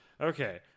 Okay